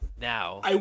now